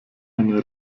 eine